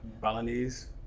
Balinese